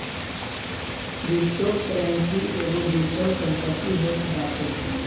cryptocurrency एगो digital संपत्ति होत बाटे